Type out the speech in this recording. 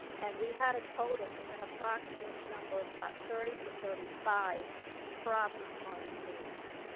and we had a total, an approximate number of about thirty to thirty five problem-solving meetings.